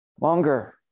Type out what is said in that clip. longer